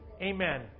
amen